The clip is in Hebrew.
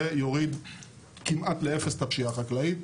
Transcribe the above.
זה יוריד כמעט לאפס את הפשיעה החקלאית.